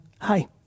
Hi